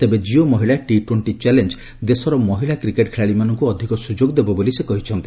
ତେବେ ଜିଓ ମହିଳା T twenty challenge ଦେଶର ମହିଳା କ୍ରିକେଟ୍ ଖେଳାଳିମାନଙ୍କୁ ଅଧିକ ସୁଯୋଗ ଦେବ ବୋଲି ସେ କହିଛନ୍ତି